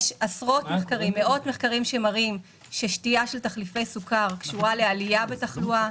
יש מאות מחקרים שמראים ששתייה של תחליפי סוכר קשורה לעלייה בתחלואה,